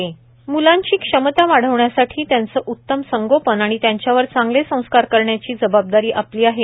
वर्षा गायकवाड मुलांची क्षमता वाढविण्यासाठी त्यांचे उत्तम संगोपन आणि त्यांच्यावर चांगले संस्कार करण्याची जबाबदारी आपली आहे